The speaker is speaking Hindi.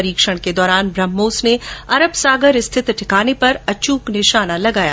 परीक्षण के दौरान ब्रह्मोस ने अरब सागर स्थित ठिकाने पर अच्रक निशाना लगाया